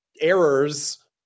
errors